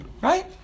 Right